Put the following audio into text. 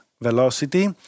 velocity